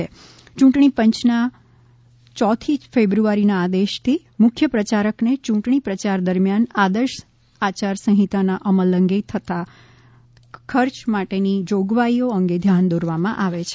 યૂંટણી પંચના ચોથી ફેબ્રુઆરીના આદેશથી મુખ્ય પ્રચારકને ચૂંટણી પ્રચાર દરમ્યાન આદર્શ આયારસંહિતાના અમલ અંગે તથા કરેલા ખર્ચ માટેની જોગવાઇઓ અંગે ધ્યાન દોરવામાં આવે છે